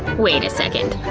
wait a second,